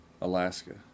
Alaska